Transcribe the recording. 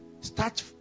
Start